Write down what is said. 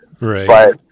Right